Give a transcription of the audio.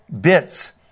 bits